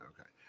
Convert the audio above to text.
Okay